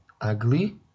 Ugly